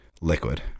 liquid